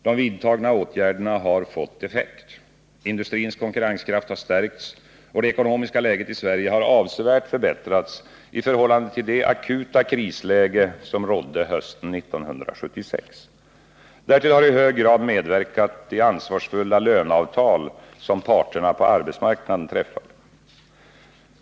De vidtagna åtgärderna har fått effekt. Industrins konkurrenskraft har stärkts, och det ekonomiska läget i Sverige har avsevärt förbättrats i förhållande till det akuta krisläge som rådde hösten 1976. Därtill har i hög grad medverkat de ansvarsfulla löneavtal som parterna på arbetsmarknaden träffade.